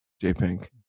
J-Pink